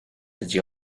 dydy